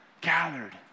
gathered